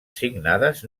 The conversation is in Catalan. signades